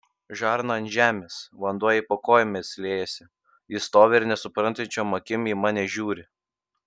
žarna ant žemės vanduo jai po kojomis liejasi ji stovi ir nesuprantančiom akim į mane žiūri